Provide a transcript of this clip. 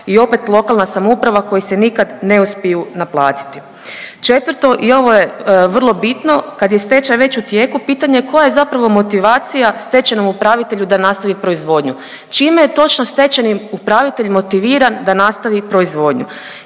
i opet lokalna samouprava koji se nikad ne uspiju naplatiti. Četvrto i ovo je vrlo bitno, kad je stečaj već u tijeku, pitanje je koja je zapravo motivacija stečajnom upravitelju da nastavi proizvodnju. Čime je točno stečajni upravitelj motiviran da nastavi proizvodnju